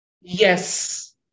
Yes